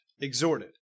exhorted